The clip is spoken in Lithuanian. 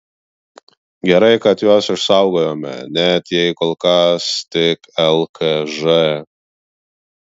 gerai kad juos išsaugojome net jei kol kas tik lkž